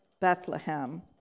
Bethlehem